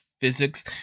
physics